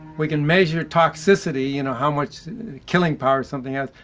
we can measure toxicity, you know how much killing power something has,